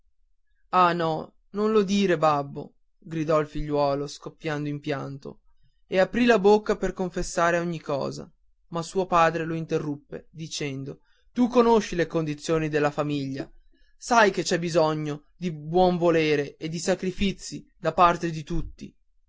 ah no non lo dire babbo gridò il figliuolo scoppiando in pianto e aprì la bocca per confessare ogni cosa ma suo padre l'interruppe dicendo tu conosci le condizioni della famiglia sai se c'è bisogno di buon volere e di sacrifici da parte di tutti